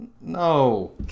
No